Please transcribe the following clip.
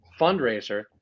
fundraiser